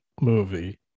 movie